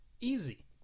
Easy